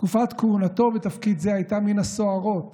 תקופת כהונתו בתפקיד זה הייתה מן הסוערות